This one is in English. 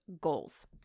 goals